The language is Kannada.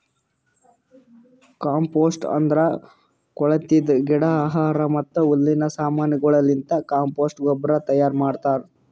ಕಾಂಪೋಸ್ಟ್ ಅಂದುರ್ ಕೊಳತಿದ್ ಗಿಡ, ಆಹಾರ ಮತ್ತ ಹುಲ್ಲಿನ ಸಮಾನಗೊಳಲಿಂತ್ ಕಾಂಪೋಸ್ಟ್ ಗೊಬ್ಬರ ತೈಯಾರ್ ಮಾಡ್ತಾರ್